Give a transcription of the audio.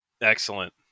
excellent